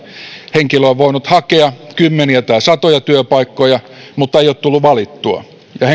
henkilö on voinut hakea kymmeniä tai satoja työpaikkoja mutta ei ole tullut valituksi ja